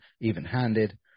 even-handed